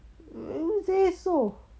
never say so